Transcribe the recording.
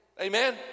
Amen